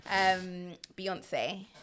Beyonce